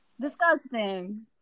Disgusting